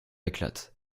éclate